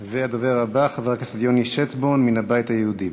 הדובר הבא, חבר הכנסת יוני שטבון מהבית היהודי.